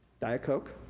diet coke,